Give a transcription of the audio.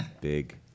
big